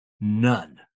None